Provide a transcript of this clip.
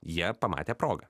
jie pamatė progą